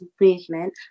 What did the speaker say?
movement